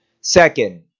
Second